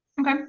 Okay